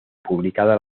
publicada